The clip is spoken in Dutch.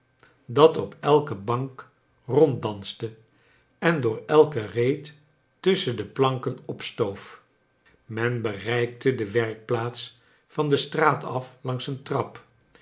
dat op elke bank ronddanste en door elke reet tusschen de planken opstoof men bereikte de werkplaats van de straat af langs een trap